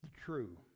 true